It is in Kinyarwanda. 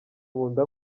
nkunda